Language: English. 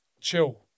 chill